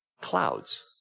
Clouds